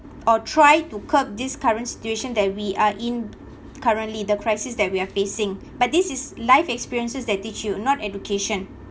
or try to curb this current situation that we are in currently the crisis that we are facing but this is life experiences that teach you not education